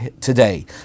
today